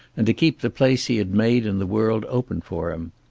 and to keep the place he had made in the world open for him.